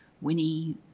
Winnie